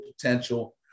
potential